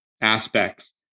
aspects